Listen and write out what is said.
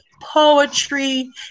Poetry